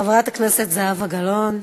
חברת הכנסת זהבה גלאון.